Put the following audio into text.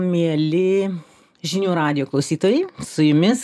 mieli žinių radijo klausytojai su jumis